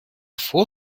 vor